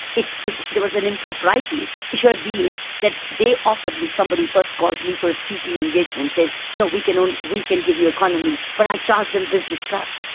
if if there was an impropriety, it should've been that they offered me, somebody first calls me for a speaking engagement says, no, we can only, we can give you economy', but i charged them business class.